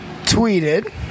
tweeted